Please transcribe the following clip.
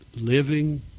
living